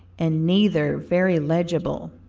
and neither very legible,